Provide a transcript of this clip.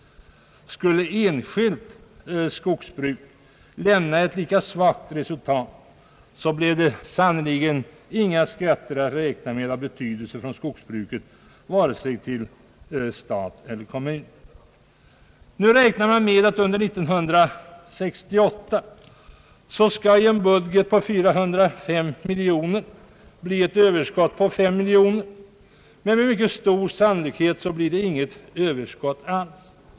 Skulle ett enskilt skogsbruk lämna ett lika svagt resultat blev det sannerligen inga skatter av betydelse att räkna med från. skogsbruket, vare sig för stat eller kommun. Nu räknar man med att en budget på 405 miljoner kronor under 1968 skall ge ett överskott på 5 miljoner kronor. Med mycket stor sannolikhet blir det inget överskott alls.